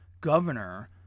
governor